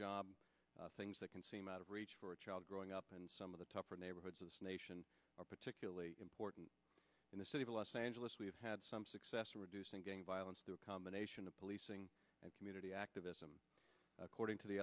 job things that can seem out of reach for a child growing up in some of the tougher neighborhoods of this nation are particularly important in the city of los angeles we have had some success in reducing gang violence through a combination of policing and community activism according to the